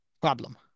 Problem